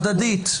הדדית.